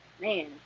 man